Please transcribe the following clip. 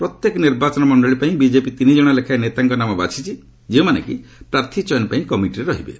ପ୍ରତ୍ୟେକ ନିର୍ବାଚନ ମଣ୍ଡଳୀ ପାଇଁ ବିଜେପି ତିନି ଜଣ ଲେଖାଏଁ ନେତାଙ୍କ ନାମ ବାଛିଛି ଯେଉଁମାନେକି ପ୍ରାର୍ଥୀ ଚୟନ ପାଇଁ କମିଟିରେ ରହିବେ